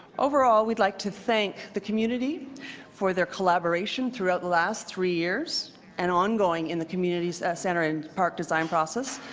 overall, we'd like to thank the community for their collaboration throughout the last three years and ongoing in the community center and park design process.